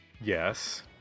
yes